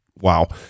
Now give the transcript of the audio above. wow